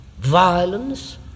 violence